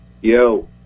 Yo